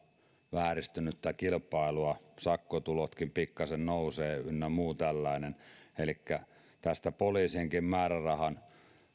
vääristynyttä kilpailua ja sakkotulotkin pikkasen nousevat ynnä muu tällainen niin poliisienkin määrärahan